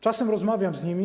Czasem rozmawiam z nimi.